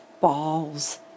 balls